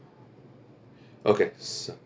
okay so